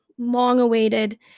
Long-awaited